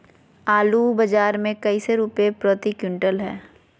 आलू बाजार मे कैसे रुपए प्रति क्विंटल है?